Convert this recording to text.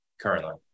currently